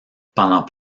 pendant